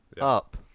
up